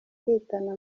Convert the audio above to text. kwitana